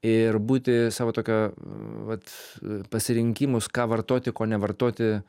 ir būti savo tokio vat pasirinkimus ką vartoti ko nevartoti